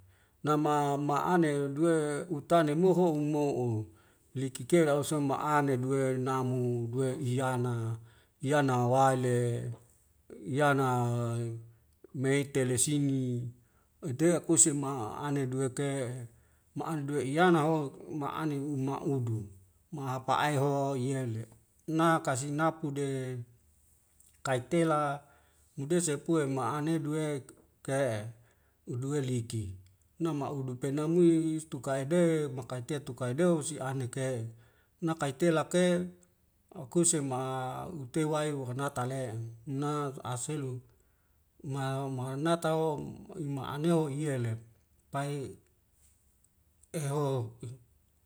Nama ma'ane duwe utane moho umo'o liki kera o soma'ane duwe namhu duwe o iyana iyana wae le iyana mei tele sini uetewak kuse ma a'ane duwek ke'e ma'ane duwe iyana ho ma'anen ma'udu mahapa ae ho iyele na kasi napude kaitela mude seapue ma'ane duwe ke'e uduwe liki. nama udu penamui stukai be makang te tukai deu sih anek e nakaitelak ke akuse ma utei wae wahan nata le'e na aselu ma mauh nata o ima aneu i yelem pai eho